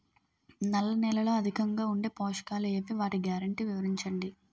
నల్ల నేలలో అధికంగా ఉండే పోషకాలు ఏవి? వాటి గ్యారంటీ వివరించండి?